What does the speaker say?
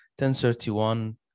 1031